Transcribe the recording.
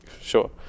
sure